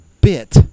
bit